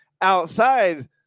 outside